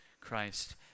Christ